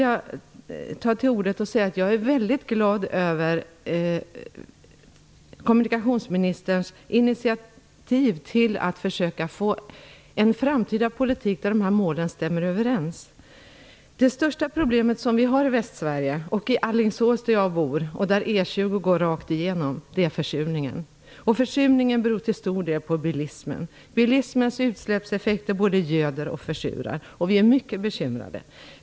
Jag begärde ordet för att säga att jag är väldigt glad över kommunikationsministerns initiativ till att försöka åstadkomma en framtida politik där dessa mål stämmer överens. Det största problemet som vi har i Västsverige och i Alingsås där jag bor - E 20 går rakt igenom Alingsås - är försurningen. Försurningen beror till stor del på bilismen. Bilismens utsläppseffekter både göder och försurar, och vi är mycket bekymrade.